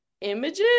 images